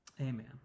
Amen